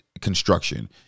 construction